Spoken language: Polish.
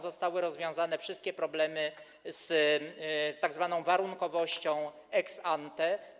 Zostały rozwiązane wszystkie problemy z tzw. warunkowością ex ante.